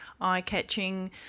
eye-catching –